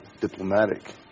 diplomatic